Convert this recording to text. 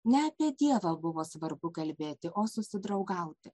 ne apie dievą buvo svarbu kalbėti o susidraugauti